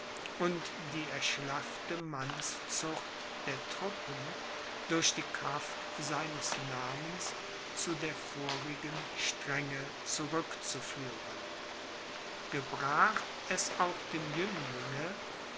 und die erschlaffte mannszucht der truppen durch die kraft seines namens zu der vorigen strenge zurückzuführen gebrach es auch dem jünglinge